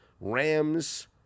Rams